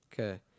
Okay